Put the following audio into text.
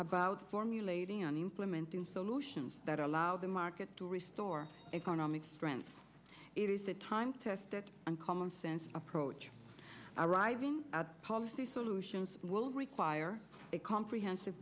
about formulating on implementing solutions that allow the market to restore economic strength it is the time tested and commonsense approach arriving at policy solutions will require a comprehensive